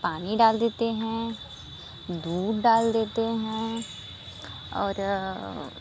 पानी डाल देते हैं दूध डाल देते हैं और